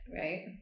right